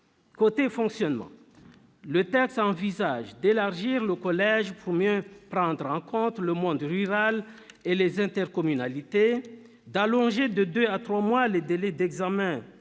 du fonctionnement, les auteurs du texte envisagent d'élargir le collège pour mieux prendre en compte le monde rural et les intercommunalités, d'allonger de deux mois à trois mois les délais d'examen